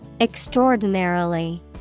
Extraordinarily